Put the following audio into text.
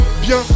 Bien